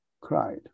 cried